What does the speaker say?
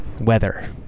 weather